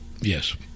Yes